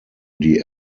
die